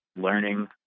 learning